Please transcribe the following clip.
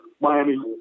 Miami